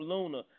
Luna